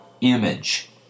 image